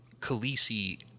Khaleesi